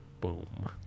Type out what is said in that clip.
Boom